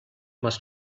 must